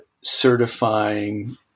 certifying